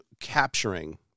capturing